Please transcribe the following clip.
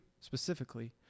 specifically